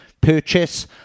purchase